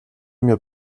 mir